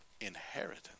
inheritance